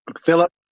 Philip